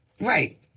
Right